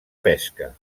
pesca